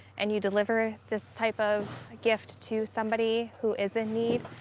and you deliver this type of gift to somebody who is in need,